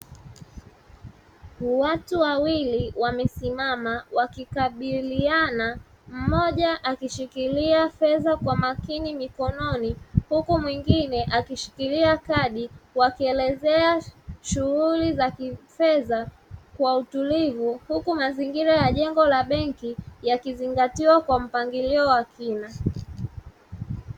Watu wawili wamesimama wakikabiliana mmoja akishikilia fedha kwa makini mikononi, huku mwingine akishikilia kadi, wakielezea shughuli za kifedha kwa utulivu huku mazingira ya jengo la benki yakizingatiwa kwa mpangilio wa kina.